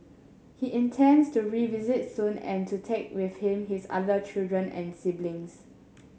he intends to revisit soon and to take with him his other children and siblings